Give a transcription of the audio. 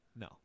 No